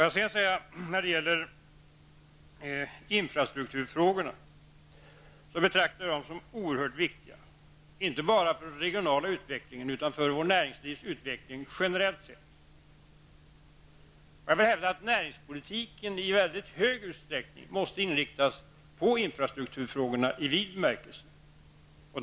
Jag betraktar infrastrukturfrågorna som oerhört viktiga, inte bara för den regionala utvecklingen utan generellt sett också för vårt näringslivs utveckling. Jag hävdar att näringspolitiken i väldigt stor utsträckning måste inriktas på infrastrukturfrågorna i vid bemärkelse.